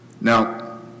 Now